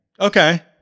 okay